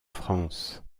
france